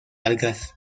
algas